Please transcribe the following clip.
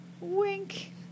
Wink